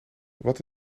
wat